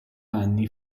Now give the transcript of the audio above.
anni